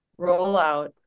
rollout